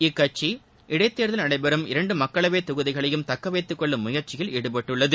இக்கட்சி இடைத்தேர்தல் நடைபெறும் இரண்டு மக்களவைத் தொகுதிகளையும் தக்கவைத்துக் கொள்ளும் முயற்சியில் ஈடுபட்டுள்ளது